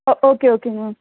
ஓ okay ஓகேங்க ma'am